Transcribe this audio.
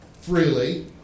freely